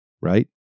right